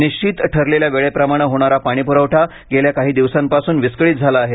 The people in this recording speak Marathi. निश्चित ठरलेल्या वेळेप्रमाणे होणारा पाणी प्रवठा गेल्या काही दिवसांपासून विसकळीत झाला आहे